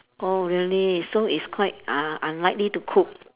oh really so it's quite uh unlikely to cook